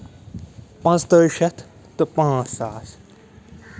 پانٛژتٲجی شَتھ تہٕ پانٛژھ ساس